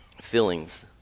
feelings